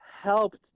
helped